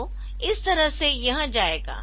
तो इस तरह से यह जाएगा